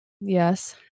Yes